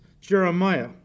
Jeremiah